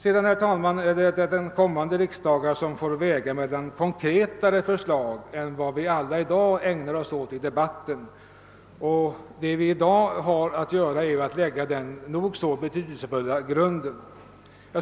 Sedan, herr talman, får kommande riksdagar väga mellan mer konkreta förslag än de som vi i dag debatterar. Vad vi nu har att göra är att lägga den betydelsefulla grunden.